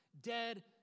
dead